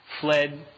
fled